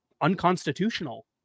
unconstitutional